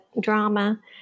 drama